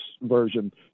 version